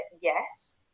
yes